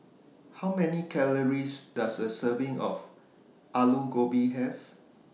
How Many Calories Does A Serving of Aloo Gobi Have